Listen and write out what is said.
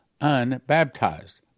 unbaptized